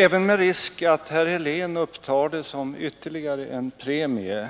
Även med risk för att herr Helén upptar det som ytterligare en premie